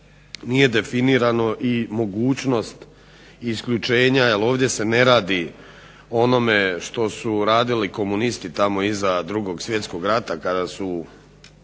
nije definirano i mogućnost isključenja jer ovdje se ne radi o onome što su radili komunisti tamo iza 2. svjetskog rata kada su